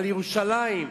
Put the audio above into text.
על ירושלים,